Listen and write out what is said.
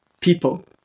people